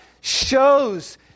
shows